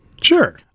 Sure